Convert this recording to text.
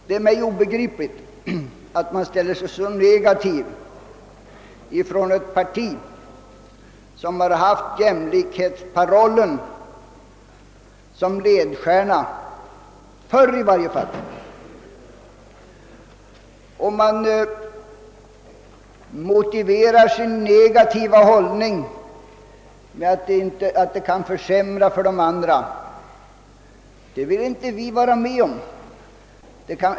Det är obegripligt för mig att man ställer sig så negativ ifrån ett parti som har haft jämlikhetsparollen som ledstjärna, i varje fall förr. Man motiverar sin negativa hållning med att det kan försämra för de andra. Det vill vi inte vara med om.